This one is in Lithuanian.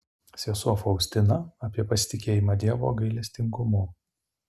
sesuo faustina apie pasitikėjimą dievo gailestingumu